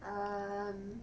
um